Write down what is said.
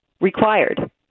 required